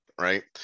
right